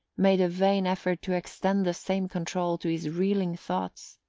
made a vain effort to extend the same control to his reeling thoughts.